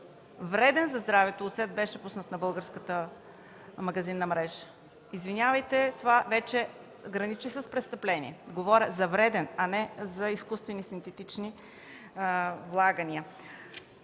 вреден за здравето оцет беше пуснат на българската магазинна мрежа. Извинявайте, това вече граничи с престъпление. Говоря за вреден, а не за изкуствени синтетични влагания.